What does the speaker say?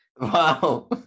Wow